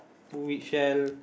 which held